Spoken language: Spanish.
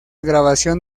grabación